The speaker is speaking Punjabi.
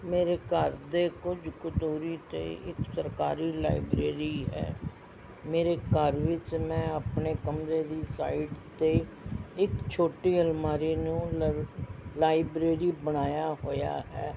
ਮੇਰੇ ਘਰ ਦੇ ਕੁਝ ਕੁ ਦੂਰੀ 'ਤੇ ਇੱਕ ਸਰਕਾਰੀ ਲਾਇਬ੍ਰੇਰੀ ਹੈ ਮੇਰੇ ਘਰ ਵਿੱਚ ਮੈਂ ਆਪਣੇ ਕਮਰੇ ਦੀ ਸਾਈਡ 'ਤੇ ਇੱਕ ਛੋਟੀ ਅਲਮਾਰੀ ਨੂੰ ਲ ਲਾਇਬ੍ਰੇਰੀ ਬਣਾਇਆ ਹੋਇਆ ਹੈ